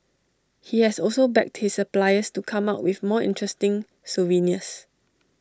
he has also begged his suppliers to come up with more interesting souvenirs